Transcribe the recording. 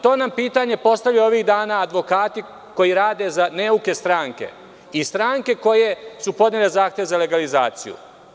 To nam pitanje postavljaju ovih dana advokati koji rade za neuke stranke i stranke koje su podnele zahtev za legalizaciju.